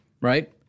right